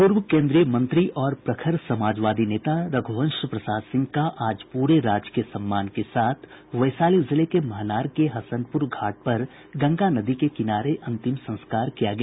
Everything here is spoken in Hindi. पूर्व केन्द्रीय मंत्री और प्रखर समाजवादी नेता रघुवंश प्रसाद सिंह का आज पूरे राजकीय सम्मान के साथ वैशाली जिले के महनार के हसनपुर घाट पर गंगा नदी के किनारे अंतिम संस्कार किया गया